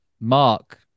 Mark